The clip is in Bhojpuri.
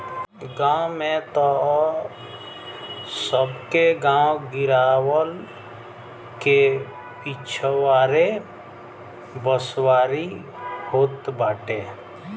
गांव में तअ सबके गांव गिरांव के पिछवारे बसवारी होत बाटे